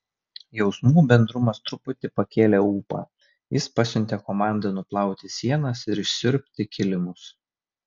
jausmų bendrumas truputį pakėlė ūpą jis pasiuntė komandą nuplauti sienas ir išsiurbti kilimus